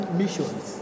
missions